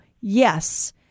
yes